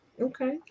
Okay